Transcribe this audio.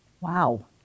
Wow